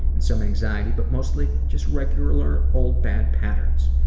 and some anxiety, but mostly just regular old bad patterns.